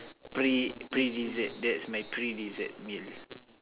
pre~ pre dessert that's my pre dessert meal